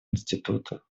институтов